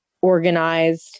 organized